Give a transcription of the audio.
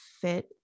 fit